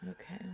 Okay